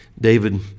David